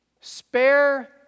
spare